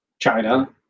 China